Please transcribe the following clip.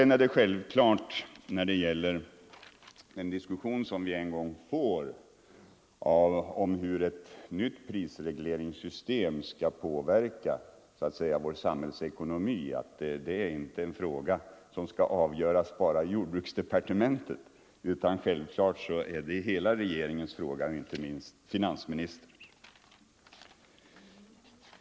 När det sedan gäller en diskussion som vi en gång får om hur ett nytt prisregleringssystem skall påverka vår samhällsekonomi så är detta självklart inte en fråga som skall avgöras bara i jordbruksdepartementet utan det är hela regeringens fråga, inte minst finansministerns.